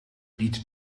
niet